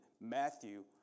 Matthew